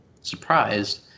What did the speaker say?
surprised